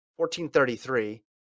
1433